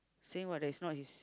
saying what is not his